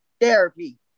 therapy